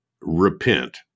repent